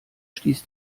stieß